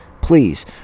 please